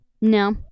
No